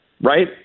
right